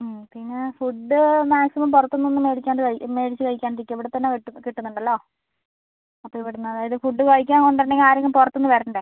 മ് പിന്നെ food maximum പുറത്തുനിന്ന് ഒന്നും മേടിക്കാണ്ട് മേടിച്ച് കഴിക്കാണ്ട് ഇരിക്കുക ഇവിടെത്തന്നെ കിട്ടുന്നുണ്ടല്ലോ അപ്പം ഇവിടെ നിന്ന് അതായത് ഫുഡ് കഴിക്കാൻ കൊണ്ടുവരണമെങ്കിൽ ആരെങ്കിലും പുറത്തുനിന്ന് വരേണ്ടേ